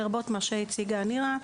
לרבות מה שהציגה נירה.